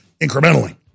incrementally